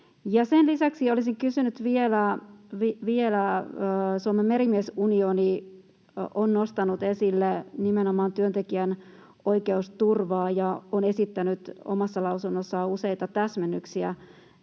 Lisäksi olisin kysynyt vielä: Suomen Merimies-Unioni on nostanut esille nimenomaan työntekijän oikeusturvaa ja esittänyt omassa lausunnossaan useita täsmennyksiä